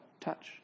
Touch